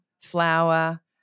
flour